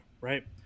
right